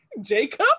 Jacob